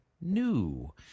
new